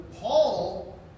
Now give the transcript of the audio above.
Paul